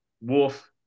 Wolf